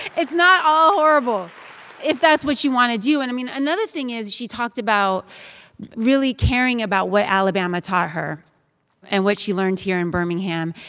it's not all horrible if that's what you want to do. and, i mean, another thing is she talked about really caring about what alabama taught her and what she learned here in birmingham.